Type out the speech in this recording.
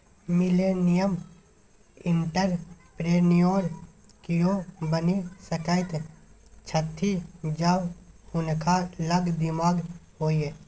millennial entrepreneur कियो बनि सकैत छथि जौं हुनका लग दिमाग होए